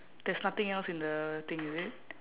there's nothing else in the thing is it